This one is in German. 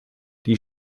die